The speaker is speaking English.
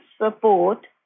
support